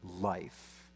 life